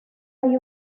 hay